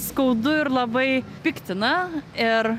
skaudu ir labai piktina ir